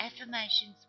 Affirmations